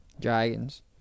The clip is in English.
Dragons